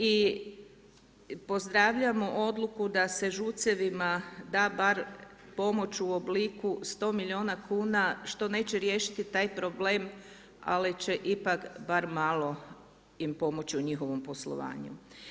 I pozdravljamo odluku da se ŽUC-evima da bar pomoć u obliku 100 milijuna kuna što neće riješiti taj problem ali će ipak bar malo im pomoći u njihovom poslovanju.